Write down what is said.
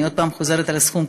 אני עוד פעם חוזרת על הסכום,